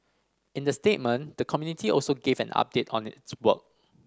in the statement the community also gave an update on its work